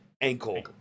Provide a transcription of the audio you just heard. Ankle